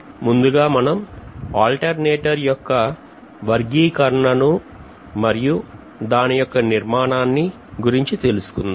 ముందుగా మనం alternator యొక్క వర్గీకరణను మరియు దాని యొక్క నిర్మాణాన్ని గురించి తెలుసుకుందాం